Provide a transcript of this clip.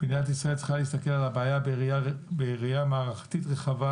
מדינת ישראל צריכה להסתכל על הבעיה בראייה מערכתית רחבה